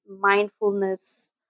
mindfulness